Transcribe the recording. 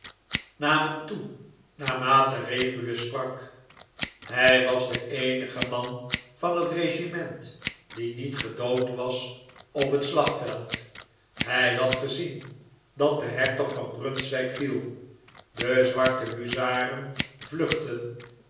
toe naarmate regulus sprak hij was de eenige man van het regiment die niet gedood was op het slagveld hij had gezien dat de hertog van brunswijk viel de zwarte huzaren vluchtten